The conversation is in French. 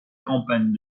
campagne